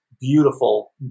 beautiful